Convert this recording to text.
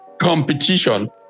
competition